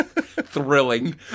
thrilling